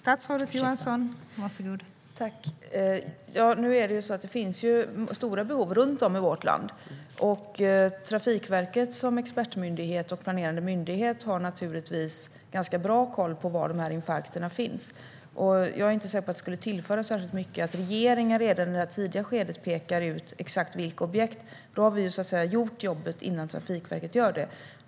Fru talman! Det finns stora behov runt om i vårt land, och Trafikverket som expertmyndighet och planerande myndighet har givetvis ganska bra koll på var dessa infarkter finns. Jag är inte säker på att det skulle tillföra särskilt mycket om regeringen redan i detta tidiga skede pekar ut exakt vilka objekt som är aktuella. Då har vi ju gjort jobbet innan Trafikverket gör det.